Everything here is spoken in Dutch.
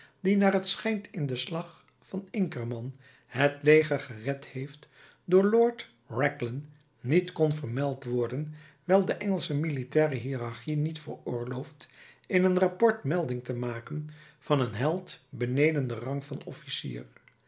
die naar t schijnt in den slag van inkermann het leger gered heeft door lord raglan niet kon vermeld worden wijl de engelsche militaire hierarchie niet veroorlooft in een rapport melding te maken van een held beneden den rang van officier